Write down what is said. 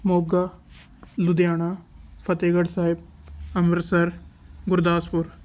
Moga Ludhiana Fatehgarh Sahib Amritsar Gurdaspur